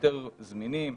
יותר זמינים,